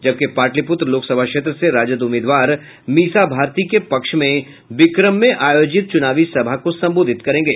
जबकि पाटलिपुत्र लोकसभा क्षेत्र से राजद उम्मीदवार मीसा भारती के पक्ष में बिक्रम में आयोजित चूनावी सभा को संबोधित करेंगे